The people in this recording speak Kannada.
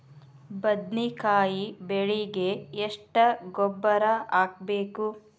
ಬದ್ನಿಕಾಯಿ ಬೆಳಿಗೆ ಎಷ್ಟ ಗೊಬ್ಬರ ಹಾಕ್ಬೇಕು?